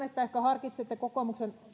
että ehkä harkitsette kokoomuksen